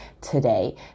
today